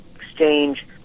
exchange